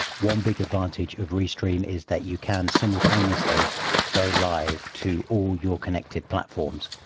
one big advantage of restream is that you can simultaneously go live to all your connected platforms.